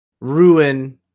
ruin